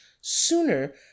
sooner